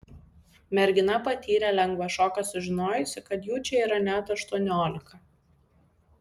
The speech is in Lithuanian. mergina patyrė lengvą šoką sužinojusi kad jų čia yra net aštuoniolika